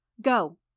Go